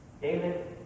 David